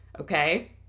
okay